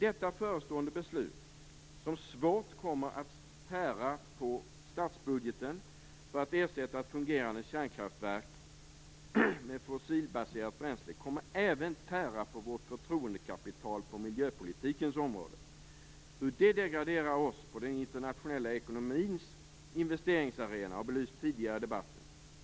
Det nu förestående beslutet, som svårt kommer att tära på statsbudgeten när man skall ersätta ett fungerande kärnkraftverk med fossilbaserat bränsle, kommer även att tära på vårt förtroendekapital på miljöpolitikens område. Hur det degraderar oss på den internationella ekonomins investeringsarena har belysts tidigare i debatten.